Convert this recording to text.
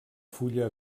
fulla